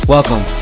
Welcome